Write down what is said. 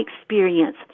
experience